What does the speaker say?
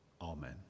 Amen